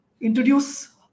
introduce